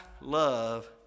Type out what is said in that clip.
love